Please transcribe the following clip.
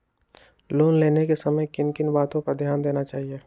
Loan लेने के समय किन किन वातो पर ध्यान देना चाहिए?